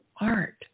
art